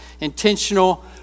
intentional